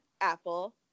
apple